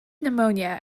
pneumonia